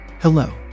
Hello